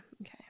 okay